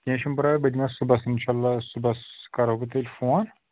کیٚنٛہہ چھُنہٕ پَرواے بہٕ دِمَس صبُحس اِنشااللہ صبُحس کرو بہٕ تۄہہِ فون